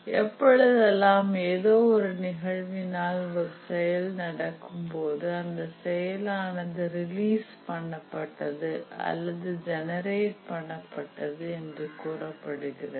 எப்பொழுதெல்லாம் ஏதோ ஒரு நிகழ்வினால் ஒரு செயல் நடக்கும் போது அந்த செயலானது ரிலீஸ் பண்ணப்பட்டது அல்லது ஜெனரேட் பண்ணப்பட்டது என்று கூறப்படுகிறது